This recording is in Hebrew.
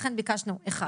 לכן ביקשנו אחד,